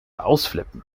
ausflippen